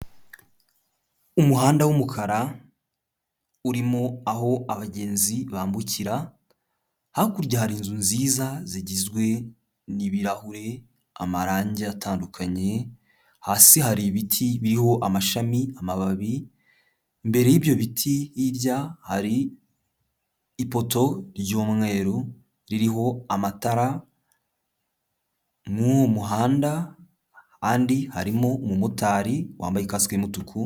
Umuhanda w'umukara urimo aho abagenzi bambukira, hakurya hari inzu nziza zigizwe n'ibirahure, amarangi atandukanye, hasi hari ibiti biriho amashami, amababi, imbere y'ibyo biti hirya hari ipoto ry'umweru ririho amatara muri uwo muhanda, ahandi harimo umumotari wambaye kasike y'umutuku.